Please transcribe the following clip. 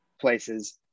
places